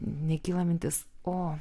nekyla mintis o